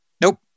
Nope